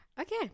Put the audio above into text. Okay